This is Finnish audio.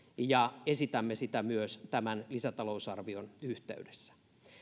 ja esitämme sitä myös tämän lisätalousarvion yhteydessä